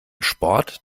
sport